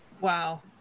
Wow